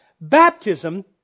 Baptism